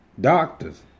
doctors